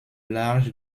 large